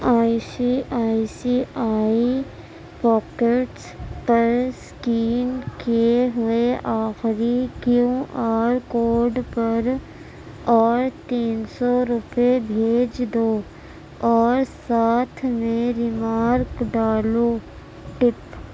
I C I C I packets پر scan کیے ہوئے آخری کیو آر کوڈ پر اور تین سو روپے بھیج دو اور ساتھ میں ریمارک ڈالو ٹپ